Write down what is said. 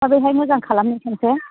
माब्रैहाय मोजां खालामनो सानखो